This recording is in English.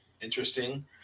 Interesting